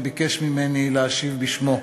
וביקש ממני להשיב בשמו.